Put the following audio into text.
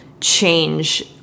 change